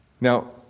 Now